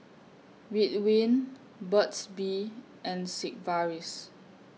Ridwind Burt's Bee and Sigvaris